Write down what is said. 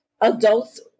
adults